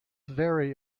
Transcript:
vary